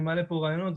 אני מעלה פה רעיונות,